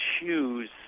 choose